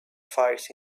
fires